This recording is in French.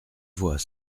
voix